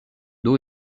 dos